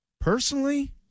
personally